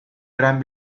gran